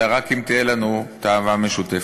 אלא רק אם תהיה לנו תאווה משותפת.